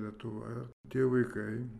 lietuva tie vaikai